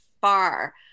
far